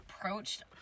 approached